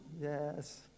Yes